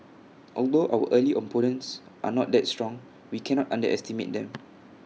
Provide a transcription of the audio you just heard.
although our early opponents are not that strong we cannot underestimate them